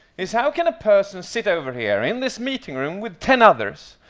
it's, how can a person sit over here in this meeting room with ten others,